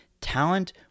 Talent